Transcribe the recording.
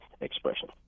expression